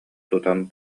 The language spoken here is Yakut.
тутан